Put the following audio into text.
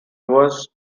was